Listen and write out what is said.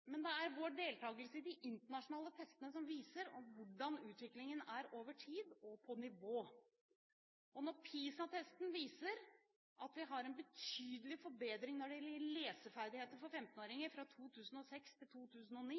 men det er vår deltakelse i de internasjonale testene som viser hvordan utviklingen er over tid, og på hvilket nivå. Når PISA-testen viser at vi har en betydelig forbedring når det gjelder leseferdigheten for 15-åringer fra 2006 til 2009,